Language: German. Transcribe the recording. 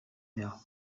mehr